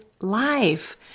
life